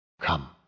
Come